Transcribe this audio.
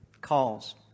calls